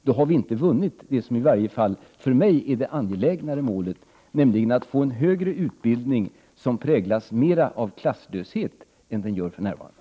Då har vi inte vunnit det som i varje fall för mig är det angelägnare målet, nämligen att få en högre utbildning som präglas mer av klasslöshet än den gör för närvarande.